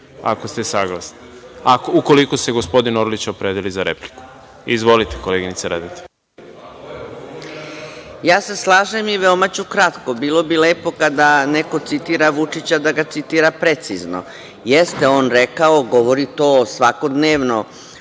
Ako ste saglasni. Ukoliko se gospodin Orlić opredeli za repliku. Izvolite koleginice Radeta. **Vjerica Radeta** Ja se slažem i veoma ću kratko. Bilo bi lepo kada neko citira Vučića da ga citira precizno. Jeste on rekao, govori to svakodnevno,